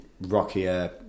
rockier